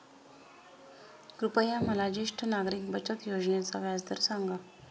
कृपया मला ज्येष्ठ नागरिक बचत योजनेचा व्याजदर सांगा